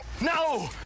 No